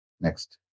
Next